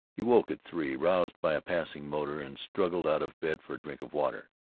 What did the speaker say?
he woke at three, roused by a passing motor, and struggled out of bed for a drink of water.